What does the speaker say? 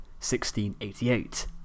1688